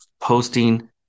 posting